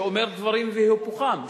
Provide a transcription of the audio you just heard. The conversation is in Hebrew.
שאומר דברים והיפוכם,